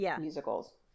musicals